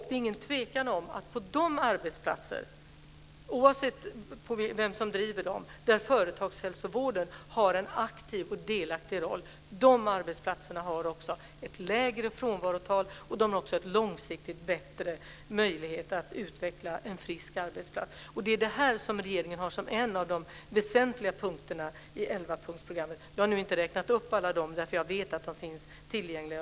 Det är ingen tvekan om att på de arbetsplatser - oavsett vem som driver dem - där företagshälsovården har en aktiv och delaktig roll är frånvarotalet lägre. Där finns också bättre möjligheter att utveckla en frisk arbetsplats. Det är en av regeringens viktigaste punkter i elvapunktsprogrammet. Jag har inte räknat upp alla, eftersom jag vet att de finns tillgängliga.